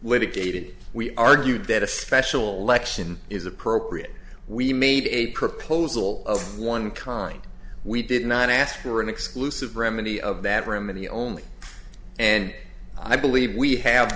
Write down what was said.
litigated we argued that a special election is appropriate we made a proposal of one kind we did not ask for an exclusive remedy of that room in the only and i believe we have